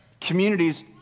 communities